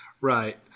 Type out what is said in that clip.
Right